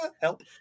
help